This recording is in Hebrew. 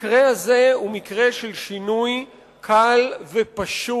המקרה הזה הוא מקרה של שינוי קל ופשוט,